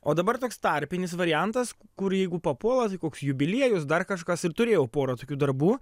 o dabar toks tarpinis variantas kur jeigu papuola tai koks jubiliejus dar kažkas ir turėjau porą tokių darbų